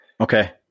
Okay